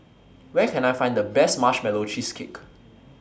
Where Can I Find The Best Marshmallow Cheesecake